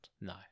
No